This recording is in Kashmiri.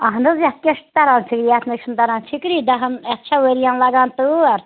اہن حظ یَتھ کیٛاہ چھِ تران فِکرِ یَتھ نَے چھُنہٕ تران فِکری دَہن یَتھ چھےٚ ؤرِیَن لگان تٲر